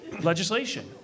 legislation